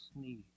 need